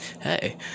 hey